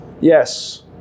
yes